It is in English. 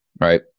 right